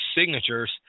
signatures